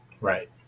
Right